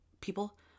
people